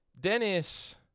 Dennis